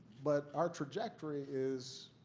but our trajectory is